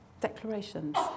declarations